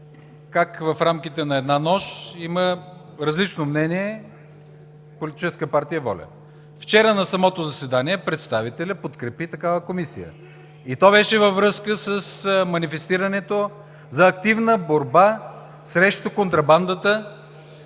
партия „Воля“ има различно мнение. Вчера на самото заседание представителят подкрепи такава комисия и то беше във връзка с манифестирането за активна борба срещу контрабандата